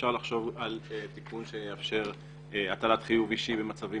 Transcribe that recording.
אפשר לחשוב על תיקון שיאפשר הטלת חיוב אישי במצבים